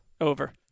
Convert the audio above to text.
Over